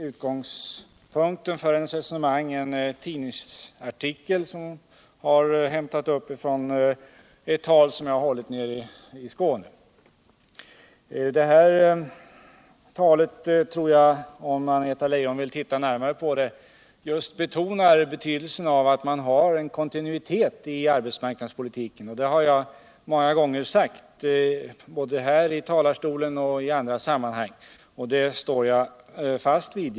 Utgångspunkten för hennes resonemang är en tidningsartikel som berör ett tal jag höll i Skåne. Om Anna-Greta Leijon vill studera detta tal närmare, så skall hon finna att det just betonar betydelsen av att man har kontinuitet i arbetsmarknadspolitiken. Det har jag många gånger sagt — både här i talarstolen och i andra sammanhang — och det står jag fast vid.